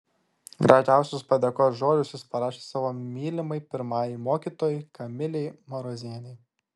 gražiausius padėkos žodžius jis parašė savo mylimai pirmajai mokytojai kamilei marozienei